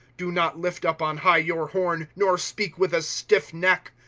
do not lift up on high your horn, nor speak with a stiff neck.